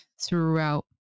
throughout